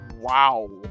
wow